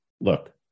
look